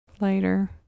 later